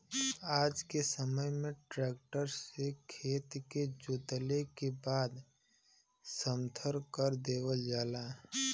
आज के समय में ट्रक्टर से खेत के जोतले के बाद समथर कर देवल जाला